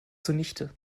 zunichte